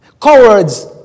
Cowards